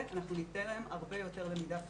ואנחנו ניתן להם הרבה יותר למידה פיזית.